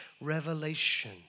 revelation